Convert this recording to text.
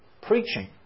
preaching